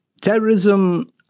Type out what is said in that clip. terrorism